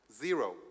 zero